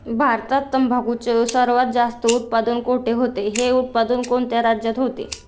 भारतात तंबाखूचे सर्वात जास्त उत्पादन कोठे होते? हे उत्पादन कोणत्या राज्यात होते?